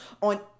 on